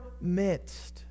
midst